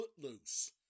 Footloose